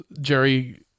jerry